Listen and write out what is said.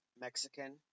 Mexican